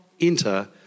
enter